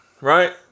Right